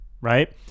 right